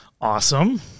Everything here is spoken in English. Awesome